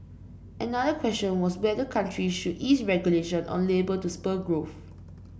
another question was whether countries should ease regulation on labour to spur growth